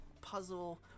puzzle